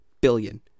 billion